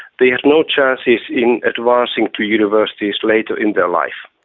they had no chances in advancing to universities later in their life.